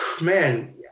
man